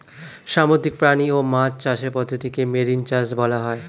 সামুদ্রিক প্রাণী ও মাছ চাষের পদ্ধতিকে মেরিন চাষ বলা হয়